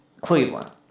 Cleveland